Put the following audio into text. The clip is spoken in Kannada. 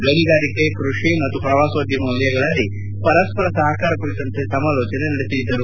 ಗಣಿಗಾರಿಕೆ ಕೃಷಿ ಮತ್ತು ಪ್ರವಾಸೋದ್ಯಮ ವಲಯಗಳಲ್ಲಿ ಪರಸ್ಪರ ಸಹಕಾರ ಕುರಿತಂತೆ ಸಮಾಲೋಚನೆ ನಡೆಸಿದ್ದರು